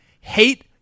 Hate